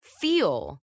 feel